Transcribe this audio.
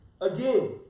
again